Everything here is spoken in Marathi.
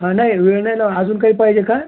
हा नाही वेळ नाही लागत अजून काही पाहिजे का